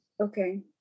okay